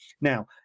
now